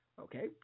Okay